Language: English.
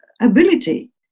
ability